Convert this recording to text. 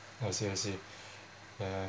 oh seriously uh